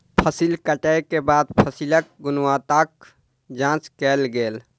फसिल कटै के बाद फसिलक गुणवत्ताक जांच कयल गेल